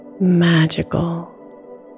magical